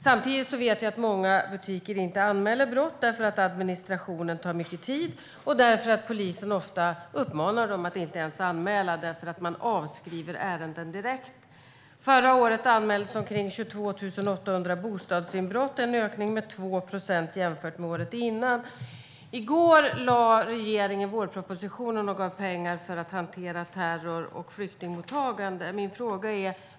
Samtidigt vet jag att många butiker inte anmäler brott därför att administrationen tar mycket tid och polisen ofta uppmanar dem att inte ens anmäla eftersom man avskriver ärenden direkt. Förra året anmäldes omkring 22 800 bostadsinbrott. Det är en ökning med 2 procent jämfört med året innan. I går lade regeringen fram vårpropositionen och anslår där pengar för att hantera terror och flyktingmottagande.